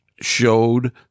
showed